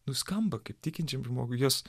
nuskamba kaip tikinčiam žmogui jos